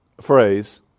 phrase